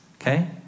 Okay